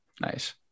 Nice